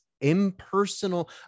impersonal